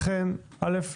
לכן אל"ף,